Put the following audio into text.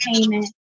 payment